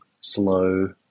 slow